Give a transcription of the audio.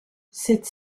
cette